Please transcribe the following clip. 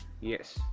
Yes